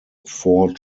four